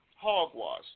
hogwash